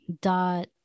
dot